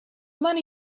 money